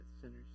sinners